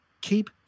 keep